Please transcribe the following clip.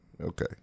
Okay